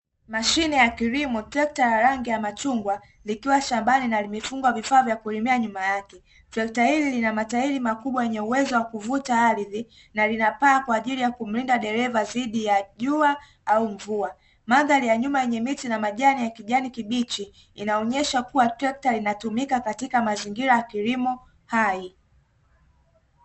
Mashine ya kilimo trekta ya rangi ya machungwa likiwa shabani na limefungwa vifaa vya kulimia nyuma yake, trekta hili lina matairi makubwa yenye uwezo wa kuvuta ardhi na linapaa kwa ajili ya kumlinda dereva dhidi ya jua au mvua, mandhari ya nyuma yenye michi na majani ya kijani kibichi, inaonyesha kuwa trekta linatumika katika mazingira ya kilimo hai.